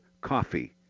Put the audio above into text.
coffee